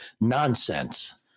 nonsense